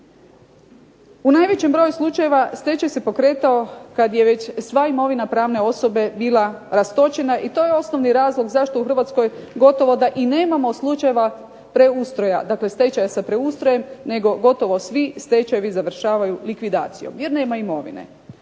U najvećem broju slučajeva stečaj se pokretao kad je već sva imovina pravne osobe bila rastočena, i to je osnovni razlog zašto u Hrvatskoj gotovo da i nemamo slučajeva preustroja, dakle stečaja sa preustrojem, nego gotovo svi stečajevi završavaju likvidacijom, jer nema imovine.